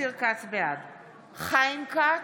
חיים כץ,